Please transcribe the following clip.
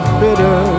bitter